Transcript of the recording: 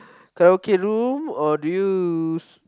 karaoke room or do you